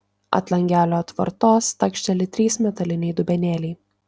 ant langelio atvartos takšteli trys metaliniai dubenėliai